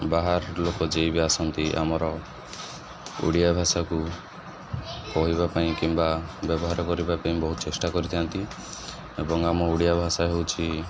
ବାହାର ଲୋକ ଯିଏ ବିି ଆସନ୍ତି ଆମର ଓଡ଼ିଆ ଭାଷାକୁ କହିବା ପାଇଁ କିମ୍ବା ବ୍ୟବହାର କରିବା ପାଇଁ ବହୁତ ଚେଷ୍ଟା କରିଥାନ୍ତି ଏବଂ ଆମ ଓଡ଼ିଆ ଭାଷା ହେଉଛି